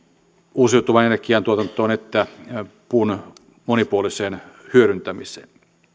uusiutuvan energian tuotantoon että puun monipuoliseen hyödyntämiseen